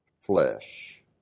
flesh